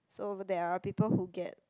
so over there are people who get